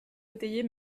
étayer